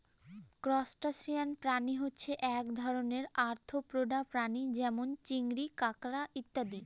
crustacean প্রাণী হচ্ছে এক ধরনের আর্থ্রোপোডা প্রাণী যেমন চিংড়ি, কাঁকড়া ইত্যাদি